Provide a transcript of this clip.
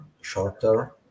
shorter